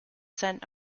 sent